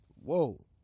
Whoa